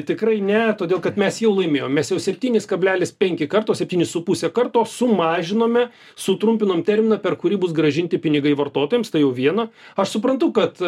tikrai ne todėl kad mes jau laimėjom mes jau septynis kablelis penki karto septynis su puse karto sumažinome sutrumpinom terminą per kurį bus grąžinti pinigai vartotojams tai jau viena aš suprantu kad